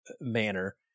manner